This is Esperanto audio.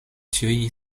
ĉiuj